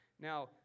Now